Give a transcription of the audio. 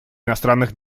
иностранных